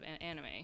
anime